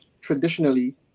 traditionally